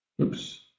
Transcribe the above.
oops